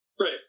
Right